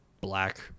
black